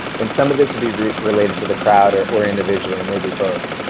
and some of this will be related to the crowd or or individual or maybe both.